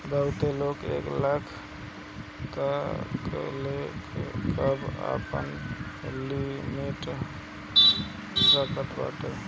बहुते लोग एक लाख तकले कअ आपन लिमिट रखत बाटे